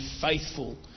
faithful